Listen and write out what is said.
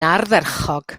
ardderchog